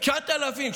9,000,